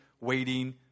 waiting